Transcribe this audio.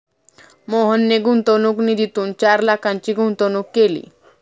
मोहनने गुंतवणूक निधीतून चार लाखांची गुंतवणूक केली